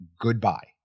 goodbye